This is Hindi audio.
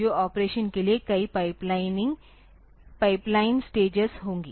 तो ऑपरेशन के लिए कई पाइपलाइन स्टेजेस होगी